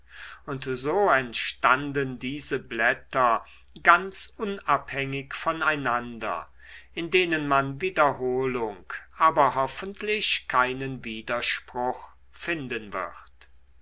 und so entstanden diese blätter ganz unabhängig von einander in denen man wiederholung aber hoffentlich keinen widerspruch finden wird